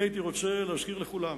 אני הייתי רוצה להזכיר לכולם